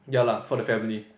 ya lah for the family